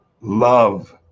love